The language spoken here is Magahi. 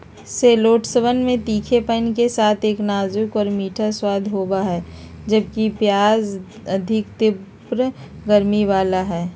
शैलोट्सवन में तीखेपन के साथ एक नाजुक और मीठा स्वाद होबा हई, जबकि प्याज अधिक तीव्र गर्मी लाबा हई